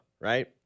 right